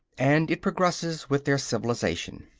and it progresses with their civilization.